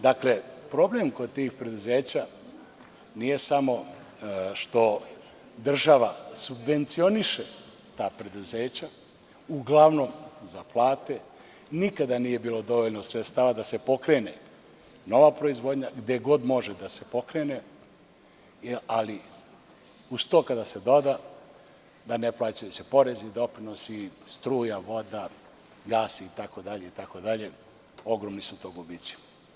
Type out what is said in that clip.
Dakle, problem kod tih preduzeća nije samo što država subvencioniše ta preduzeća, uglavnom za plate, nikada nije bilo dovoljno sredstava da se pokrene nova proizvodnja, gde god može da se pokrene, ali uz to kada se doda da ne plaćaju poreze i doprinosi, struja, voda, gas itd. ogromni su to gubici.